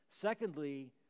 secondly